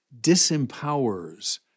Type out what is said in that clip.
disempowers